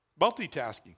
Multitasking